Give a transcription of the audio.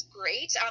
great